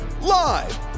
live